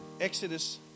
Exodus